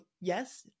yes